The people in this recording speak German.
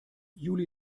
juli